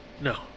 no